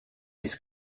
his